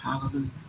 Hallelujah